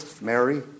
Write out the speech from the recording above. Mary